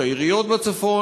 העיריות בצפון,